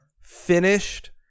finished